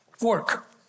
work